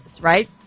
right